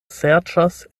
serĉas